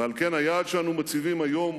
ועל כן, היעד שאנו מציבים היום